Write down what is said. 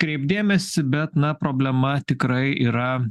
kreipt dėmesį bet na problema tikrai yra